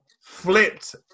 flipped